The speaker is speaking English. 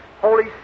Holy